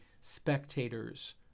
spectators